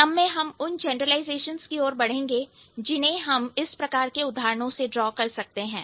इसी क्रम में हम उन जनरलाइजेशंस की ओर बढ़ेंगे जिन्हें हम इस प्रकार के उदाहरणों से ड्रॉ कर सकते हैं